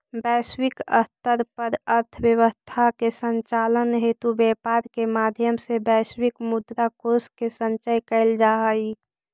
वैश्विक स्तर पर अर्थव्यवस्था के संचालन हेतु व्यापार के माध्यम से वैश्विक मुद्रा कोष के संचय कैल जा हइ